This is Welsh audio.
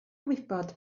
gwybod